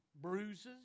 bruises